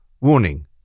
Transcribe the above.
Warning